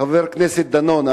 חבר הכנסת דנון,